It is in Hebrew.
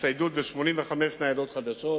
הצטיידות וקניית 85 ניידות חדשות,